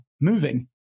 moving